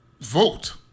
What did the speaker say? vote